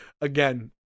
Again